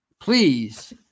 please